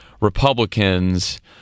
Republicans